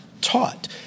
taught